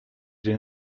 den